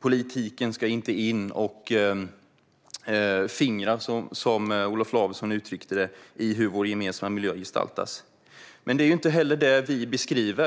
Politiken ska inte in och fingra på, som Olof Lavesson uttryckte det, hur vår gemensamma miljö gestaltas. Det är inte heller det som vi beskriver.